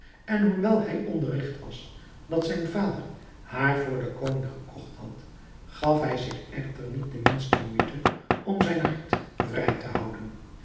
en hoewel hij onderrigt was dat zijn vader haar voor den koning gekocht had gaf hij zich echter niet de minste moeite om zijn hart vrij te houden